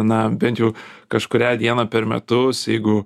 na bent jau kažkurią dieną per metus jeigu